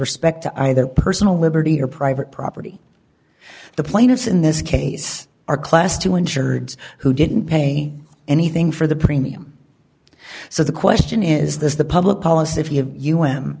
respect to either personal liberty or private property the plaintiffs in this case are class two insured who didn't pay anything for the premium so the question is this the public policy if